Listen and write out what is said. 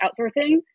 outsourcing